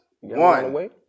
One